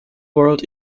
world